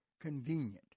convenient